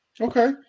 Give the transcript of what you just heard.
okay